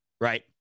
Right